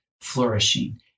flourishing